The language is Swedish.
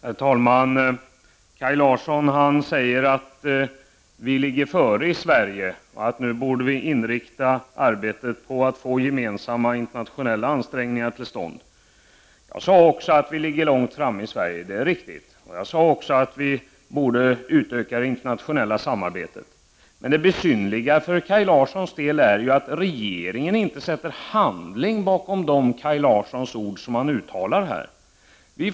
Herr talman! Kaj Larsson säger att vi i Sverige ligger före i utvecklingen och nu borde inrikta arbetet på att få till stånd gemensamma internationella ansträngningar. Det är riktigt att vi ligger långt framme i Sverige och att vi borde utöka det internationella samarbetet, vilket jag också sagt. Men det besynnerliga för Kaj Larssons del är att regeringen inte sätter handling bakom de ord Kaj Larsson här uttalar.